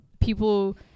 people